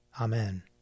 Amen